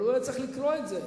אבל הוא היה צריך לקרוא את זה,